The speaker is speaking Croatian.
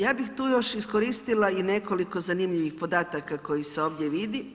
Ja bih tu još iskoristila i nekoliko zanimljivih podataka koji se ovdje vidi.